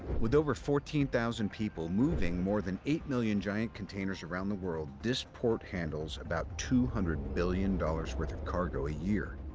with over fourteen thousand people moving more than eight million giant containers around the world, this port handles about two hundred billion dollars worth of cargo a year.